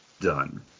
Done